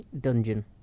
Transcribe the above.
Dungeon